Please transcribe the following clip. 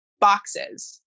boxes